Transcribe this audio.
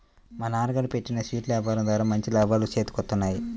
మా నాన్నగారు పెట్టిన స్వీట్ల యాపారం ద్వారా మంచి లాభాలు చేతికొత్తన్నాయి